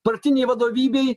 partinei vadovybei